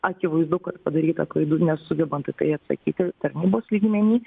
akivaizdu kad padaryta klaidų nesugebant į tai atsakyti tarnybos lygmeny